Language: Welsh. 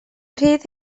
rhydd